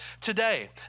today